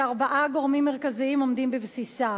שארבעה גורמים מרכזיים עומדים בבסיסה.